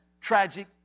tragic